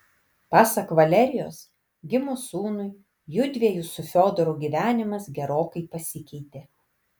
pasak valerijos gimus sūnui judviejų su fiodoru gyvenimas gerokai pasikeitė